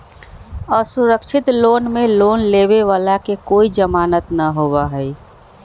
असुरक्षित लोन में लोन लेवे वाला के कोई जमानत न होबा हई